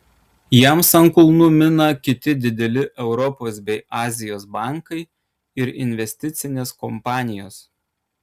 jiems ant kulnų mina kiti dideli europos bei azijos bankai ir investicinės kompanijos